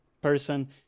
person